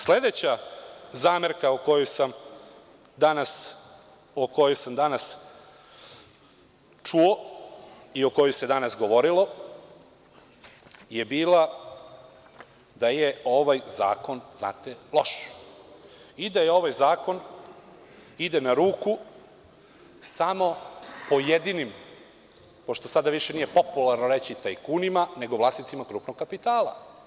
Sledeća zamerka o kojoj sam danas čuo i o kojoj se danas govorilo je bila da je ovaj zakon, znate, loš i da ovaj zakon ide na ruku samo pojedinim, pošto sada više nije popularno reći tajkunima nego – vlasnicima grupnog kapitala.